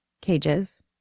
cages